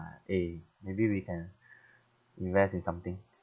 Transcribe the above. eh maybe we can invest in something